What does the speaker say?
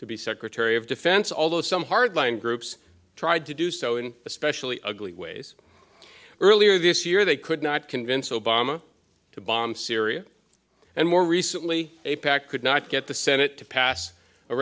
to be secretary of defense although some hard line groups tried to do so and especially ugly ways earlier this year they could not convince obama to bomb syria and more recently a pact could not get the senate to pass a